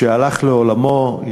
שהלך לעולמו.